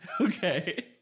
Okay